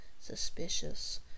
suspicious